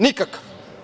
Nikakav.